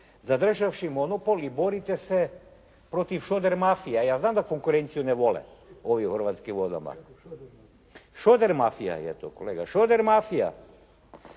zadržavši monopol i borite se protiv "šoder mafije". Ja znam da konkurenciju ne vole ovi u Hrvatskim vodama. "Šoder mafija" je to kolega, "šoder mafija".